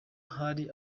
hari